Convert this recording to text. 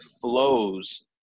flows